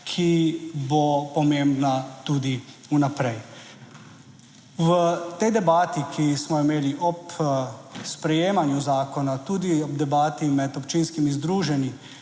ki bo pomembna tudi vnaprej. V tej debati, ki smo jo imeli ob sprejemanju zakona, tudi ob debati med občinskimi združenji